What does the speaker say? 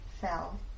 fell